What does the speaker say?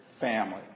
family